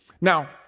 Now